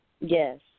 Yes